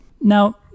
Now